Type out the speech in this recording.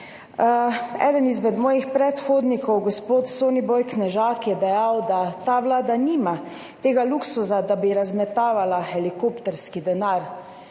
Eden izmed mojih predhodnikov, gospod Soniboj Knežak, je dejal, da ta vlada nima tega luksuza, da bi razmetavala helikopterski denar.